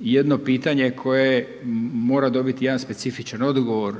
jedno pitanje koje mora dobiti jedan specifičan odgovor.